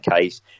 case